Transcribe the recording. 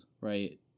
right